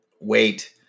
wait